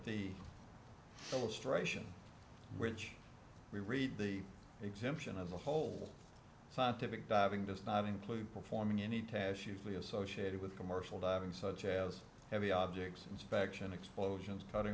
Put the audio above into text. illustration which we read the exemption of the whole scientific diving does not include performing any tash usually associated with commercial diving such as heavy objects inspection explosions cutting